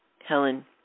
Helen